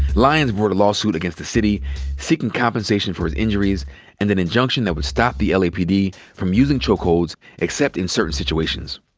lyons brought a lawsuit against the city seeking compensation for his injuries and an injunction that would stop the lapd from using chokeholds except in certain situations.